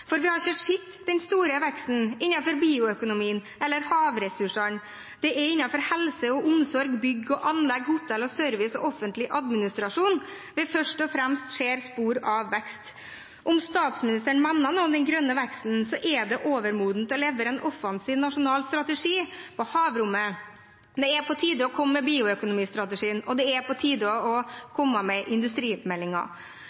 resultater. Vi har ikke sett den store veksten innenfor bioøkonomien eller havressursene. Det er innenfor helse og omsorg, bygg og anlegg, hotell og service og offentlig administrasjon vi først og fremst ser spor av vekst. Om statsministeren mener noe med den grønne veksten, er tiden overmoden for å levere en offensiv nasjonal strategi for havrommet. Det er på tide å komme med bioøkonomistrategien, og det er på tide å